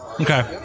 Okay